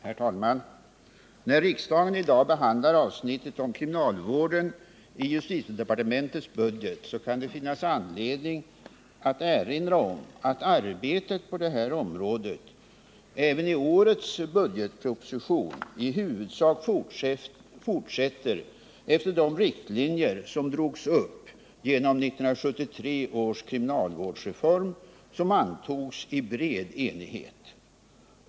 Herr talman! När riksdagen i dag behandlar avsnittet om kriminalvården i justitiedepartementets budget kan det finnas anledning att erinra om att arbetet på det här området även i årets budgetproposition i huvudsak fortsätter efter de riktlinjer som drogs upp genom 1973 års kriminalvårdsreform, som antogs i bred enighet.